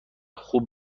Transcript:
خوب